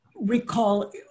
recall